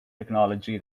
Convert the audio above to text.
technology